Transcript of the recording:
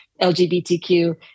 LGBTQ